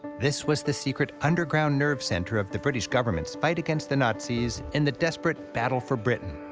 this was the secret underground nerve-center of the british government's fight against the nazis in the desperate battle for britain.